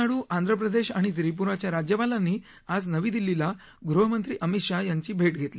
तामिळनाडू आंध्रप्रदेश आणि त्रिपुराच्या राज्यपालांनी आज नवी दिल्लीला गृहमंत्री अमित शाह यांची भेट घेतली